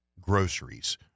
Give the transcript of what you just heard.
groceries